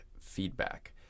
feedback